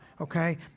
okay